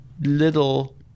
little